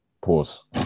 Pause